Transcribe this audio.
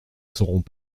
serons